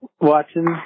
watching